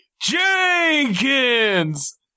Jenkins